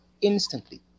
Instantly